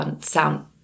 sound